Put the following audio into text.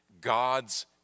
God's